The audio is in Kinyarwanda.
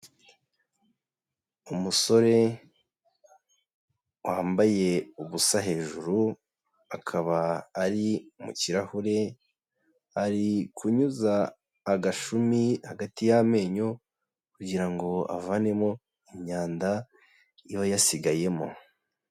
Umusore wambaye ubusa hejuru akaba ari mu kirahure ari kunyuza agashumi hagati y'amenyo kugira ngo avanemo imyanda iba yasigayemo.